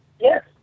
Yes